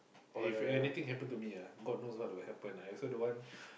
if anything happen to me ah god knows what will happen I also don't want